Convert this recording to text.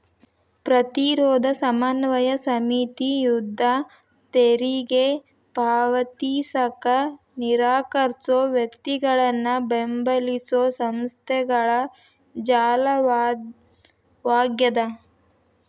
ಪ್ರತಿರೋಧ ಸಮನ್ವಯ ಸಮಿತಿ ಯುದ್ಧ ತೆರಿಗೆ ಪಾವತಿಸಕ ನಿರಾಕರ್ಸೋ ವ್ಯಕ್ತಿಗಳನ್ನ ಬೆಂಬಲಿಸೊ ಸಂಸ್ಥೆಗಳ ಜಾಲವಾಗ್ಯದ